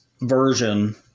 version